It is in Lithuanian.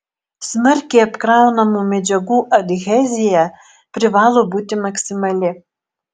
smarkiai apkraunamų medžiagų adhezija privalo būti maksimali